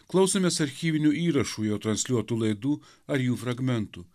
klausomės archyvinių įrašų jo transliuotų laidų ar jų fragmentų